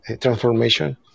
Transformation